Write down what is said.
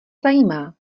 zajímá